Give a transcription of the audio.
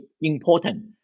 important